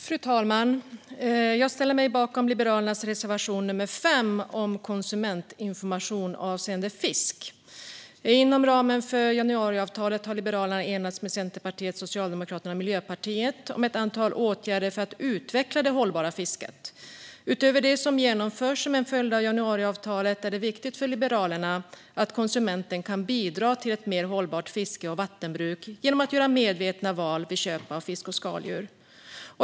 Fru talman! Jag ställer mig bakom Liberalernas reservation nr 5 om konsumentinformation avseende fisk. Inom ramen för januariavtalet har Liberalerna enats med Centerpartiet, Socialdemokraterna och Miljöpartiet om ett antal åtgärder för att utveckla det hållbara fisket. Utöver det som genomförs som en följd av januariavtalet är det viktigt för Liberalerna att konsumenten kan bidra till ett mer hållbart fiske och vattenbruk genom att göra medvetna val vid köp av fisk och skaldjur.